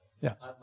Yes